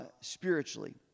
Spiritually